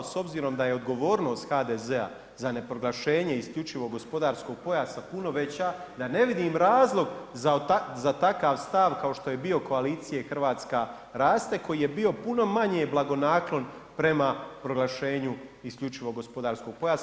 Ali s obzirom da je odgovornost HDZ-a za ne proglašenje isključivog gospodarskog pojasa puno veća, ja ne vidim razlog za takav stav kao što je bio koalicije Hrvatska raste, koji je bio puno manje blagonaklon prema proglašenju isključivog gospodarskog pojasa.